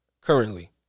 currently